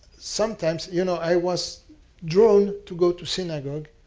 sometimes you know i was drawn to go to synagogue.